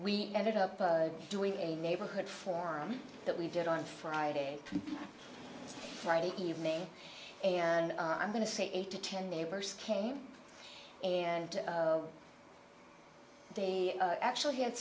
we ended up doing a neighborhood forum that we did on friday friday evening and i'm going to say eight to ten neighbors came and they actually had